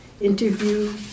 interview